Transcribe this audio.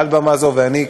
מעל במה זו אני,